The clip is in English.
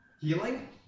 Healing